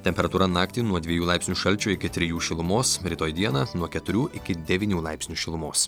temperatūra naktį nuo dviejų laipsnių šalčio iki trijų šilumos rytoj dieną nuo keturių iki devynių laipsnių šilumos